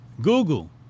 Google